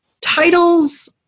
titles